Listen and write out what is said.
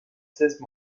seize